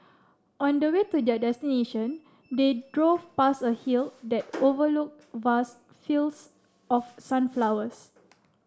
on the way to their destination they drove past a hill that overlooked vast fields of sunflowers